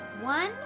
One